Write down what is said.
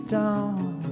down